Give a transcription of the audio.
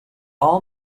all